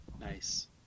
Nice